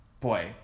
boy